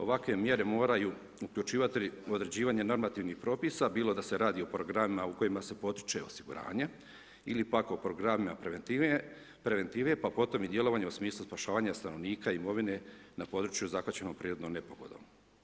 Ovakve mjere moraju uključivati određivanje normativnih propisa, bilo da se radi o programima, u kojima se potiče osiguranje ili pak o programima preventive, pa potom i djelovanje u smislu spašavanje stanovnika i imovine na području zakačenog prirodnom nepogodom.